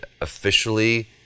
officially